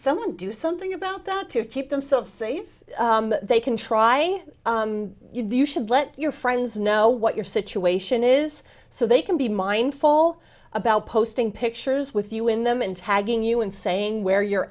someone do something about that to keep themselves safe they can try you do you should let your friends know what your situation is so they can be mindful about posting pictures with you in them and tagging you and saying where you're